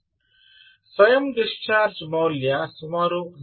ಸ್ವಯಂ ಡಿಸ್ಚಾರ್ಜ್ ಮೌಲ್ಯ ಸುಮಾರು 0